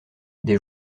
des